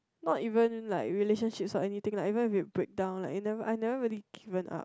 not even like relationships or anything lah even we break down it never I never given up